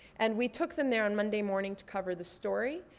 and we took them there on monday morning to cover the story.